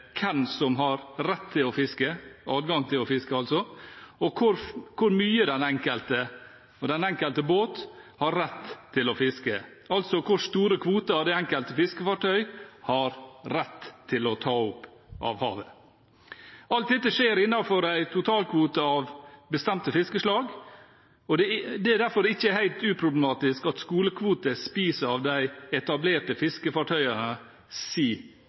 å fiske, altså adgang til å fiske, og hvor mye den enkelte båt har rett til å fiske, altså hvor store kvoter det enkelte fiskefartøy har rett til å ta opp av havet. Alt dette skjer innenfor en totalkvote av bestemte fiskeslag, og det er derfor ikke helt uproblematisk at skolekvoter spiser av de etablerte